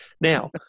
Now